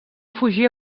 fugir